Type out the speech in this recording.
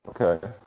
Okay